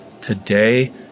Today